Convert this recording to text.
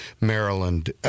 Maryland